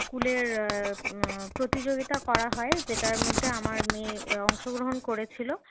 স্কুলের প্রতিযোগিতা করা হয় যেটার মধ্যে আমার মেয়ে অংশগ্রহণ করেছিল